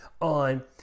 on